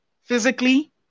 physically